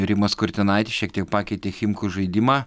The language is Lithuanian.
rimas kurtinaitis šiek tiek pakeitė chimkų žaidimą